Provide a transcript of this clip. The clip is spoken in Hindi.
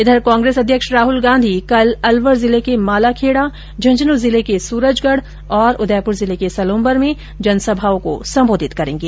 इधर कांग्रेस अध्यक्ष राहुल गांधी कल अलवर जिले के मालाखेड़ा झुन्झुनू जिले के सूरजगढ़ और उदयपुर जिले के सलूम्बर में जनसभाओं को सम्बोधित करेंगे